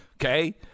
Okay